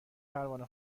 پروانه